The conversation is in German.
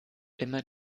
immer